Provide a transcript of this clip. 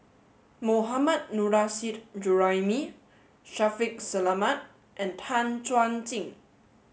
Mohammad Nurrasyid Juraimi Shaffiq Selamat and Tan Chuan Jin